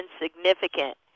insignificant